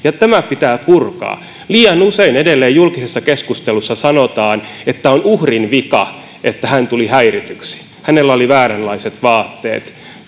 tämä pitää purkaa liian usein edelleen julkisessa keskustelussa sanotaan että on uhrin vika että hän tuli häirityksi hänellä oli vääränlaiset vaatteet